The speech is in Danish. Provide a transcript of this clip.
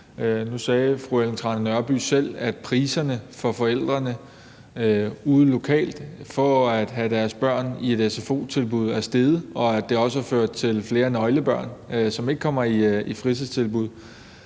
Nu sagde fru Ellen Trane Nørby selv, at priserne for forældrene ude lokalt for at have deres børn i et sfo-tilbud er steget, og at det også har ført til flere nøglebørn, som ikke kommer i fritidstilbud.